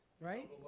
right